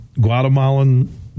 Guatemalan